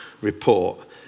report